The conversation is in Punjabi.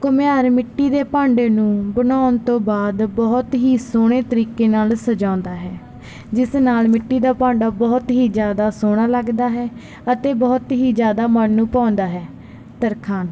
ਘੁਮਿਆਰ ਮਿੱਟੀ ਦੇ ਭਾਂਡੇ ਨੂੰ ਬਣਾਉਣ ਤੋਂ ਬਾਅਦ ਬਹੁਤ ਹੀ ਸੋਹਣੇ ਤਰੀਕੇ ਨਾਲ ਸਜਾਉਂਦਾ ਹੈ ਜਿਸ ਨਾਲ ਮਿੱਟੀ ਦਾ ਭਾਂਡਾ ਬਹੁਤ ਹੀ ਜ਼ਿਆਦਾ ਸੋਹਣਾ ਲੱਗਦਾ ਹੈ ਅਤੇ ਬਹੁਤ ਹੀ ਜ਼ਿਆਦਾ ਮਨ ਨੂੰ ਭਾਉਂਦਾ ਹੈ ਤਰਖਾਣ